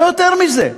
לא יותר מזה.